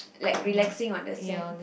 like relaxing on the sand